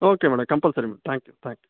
okay madam compulsory ma'am thank you thank you